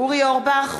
אורי אורבך,